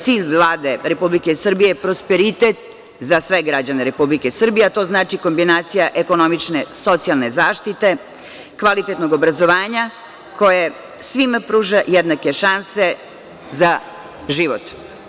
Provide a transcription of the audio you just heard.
Cilj Vlade Republike Srbije je prosperitet za sve građane Republike Srbije, a to znači kombinacija ekonomične socijalne zaštite, kvalitetnog obrazovanja, koje svima pruža jednake šanse za život.